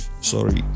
sorry